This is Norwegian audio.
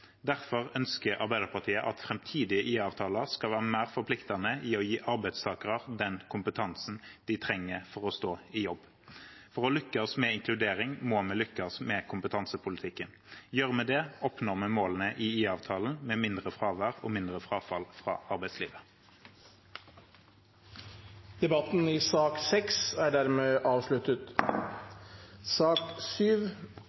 Derfor ønsker Arbeiderpartiet at framtidige IA-avtaler skal være mer forpliktende i å gi arbeidstakere den kompetansen de trenger for å stå i jobb. For å lykkes med inkludering må vi lykkes med kompetansepolitikken. Gjør vi det, oppnår vi målene i IA-avtalen, med mindre fravær og mindre frafall fra arbeidslivet. Flere har ikke bedt om ordet til sak